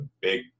big